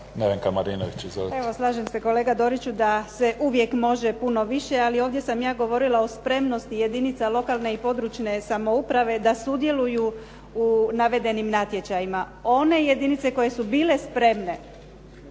Nevenka Marinović. Izvolite.